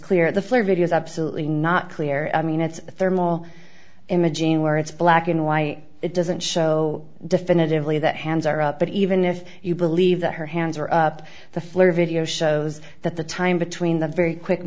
clear the flare videos absolutely not clear i mean it's thermal imaging where it's black and white it doesn't show definitively that hands are up but even if you believe that her hands are up the flare video shows that the time between the very quick